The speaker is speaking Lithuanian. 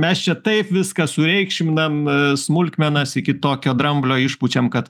mes čia taip viską sureikšminam smulkmenas iki tokio dramblio išpučiam kad